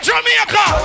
Jamaica